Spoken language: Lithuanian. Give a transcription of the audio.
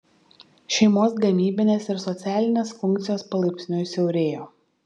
šeimos gamybinės ir socialinės funkcijos palaipsniui siaurėjo